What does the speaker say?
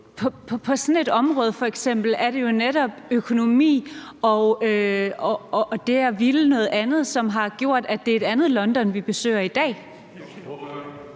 sådan et område er det jo netop økonomi og det at ville noget andet, som har gjort, at det er et andet London, vi besøger i dag.